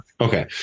okay